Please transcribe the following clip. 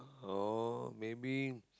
oh maybe